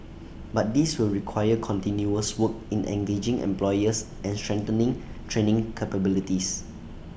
but this will require continuous work in engaging employers and strengthening training capabilities